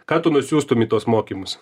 ką tu nusiųstum į tuos mokymus